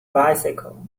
bicycle